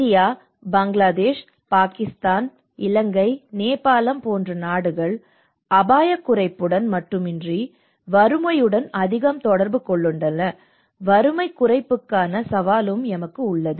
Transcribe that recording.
India Bangladesh Pakistan Ilangai நேபாளம் போன்ற நாடுகள் அபாயக் குறைப்புடன் மட்டுமன்றி வறுமையுடன் அதிகம் தொடர்பு கொண்டுள்ளன வறுமைக் குறைப்புக்கான சவாலும் எமக்கு உள்ளது